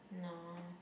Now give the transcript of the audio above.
no